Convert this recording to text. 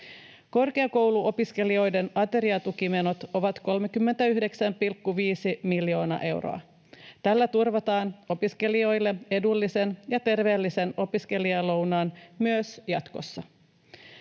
Korkeakouluopiskelijoiden ateriatukimenot ovat 39,5 miljoonaa euroa. Tällä turvataan opiskelijoille edullinen ja terveellinen opiskelijalounas myös jatkossa.